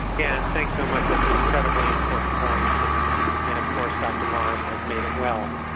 and thanks so much, that's an incredibly important point and and of course dr morris has made it well.